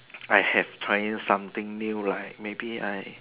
I have trying something new like maybe I